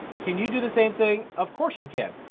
can you do the same thing? of course you can.